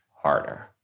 harder